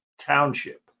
township